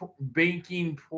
banking